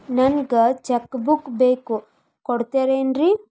ನಂಗ cheque book ಬೇಕು ಕೊಡ್ತಿರೇನ್ರಿ?